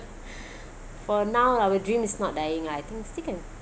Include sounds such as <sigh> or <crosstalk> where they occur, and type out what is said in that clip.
<breath> for now our dream is not dying I think still can